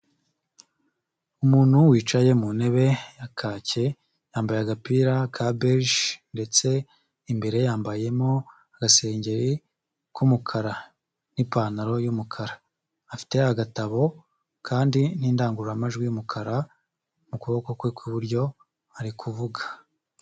Umuntu wicaye mu ntebe ya kacye, yambaye agapira ka beje, ndetse imbere yambayemo agasengeri k'umukara, n'ipantaro y'umukara, afite agatabo kandi n'indangururamajwi y'umukara mu kuboko kwe kw'iburyo ari kuvuga.